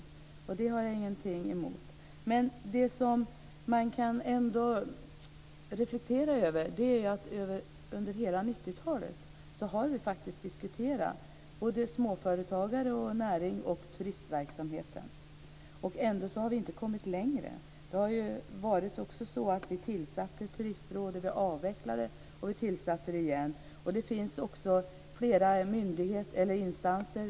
Det har jag ingenting emot. Det man ändå kan reflektera över är att vi under hela 90-talet faktiskt har diskuterat både småföretagare, näring och turistverksamhet. Ändå har vi inte kommit längre. Vi tillsatte Turistrådet, och vi avvecklade det. Vi tillsatte det igen. Det finns också flera myndigheter och instanser.